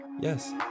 Yes